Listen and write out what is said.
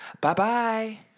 Bye-bye